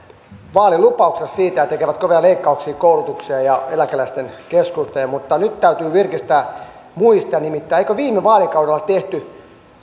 vaalilupauksensa siitä että se tekee kovia leikkauksia koulutukseen ja eläkeläisten keskuuteen mutta nyt täytyy virkistää muistia nimittäin eikö viime vaalikaudella tehty